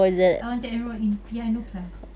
I want to enroll in piano class